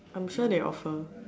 I'm sure they offer